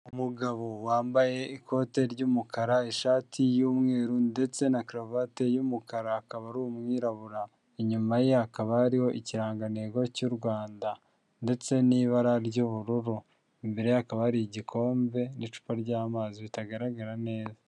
Umugabo wambaye ikote ry'umukara ishati y'umweru ndetse na karuvati y'umukara, akaba ari umwirabura inyuma ye hakaba hariho ikirangantego cy'u Rwanda, ndetse n'ibara ry'ubururu imbere ye hakaba hari igikombe n'icupa ry'amazi bitagaragara neza.